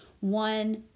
one